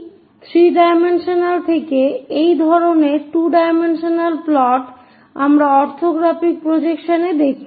3 মাত্রিক থেকে এই ধরনের 2 মাত্রিক প্লট আমরা অরথোগ্রাফিক প্রজেকশন এ দেখি